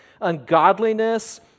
ungodliness